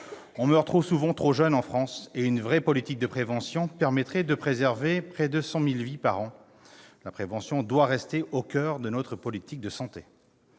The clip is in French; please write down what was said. on meurt trop souvent trop jeune en France. Et une vraie politique de prévention permettrait de préserver près de 100 000 vies par an. » La prévention doit rester au coeur de notre politique de santé.